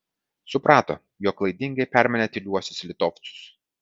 suprato jog klaidingai permanė tyliuosius litovcus